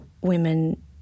women